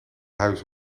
huis